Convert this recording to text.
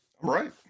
right